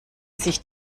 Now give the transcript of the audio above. sich